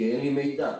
כי אין לי מידע.